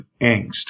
angst